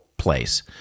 place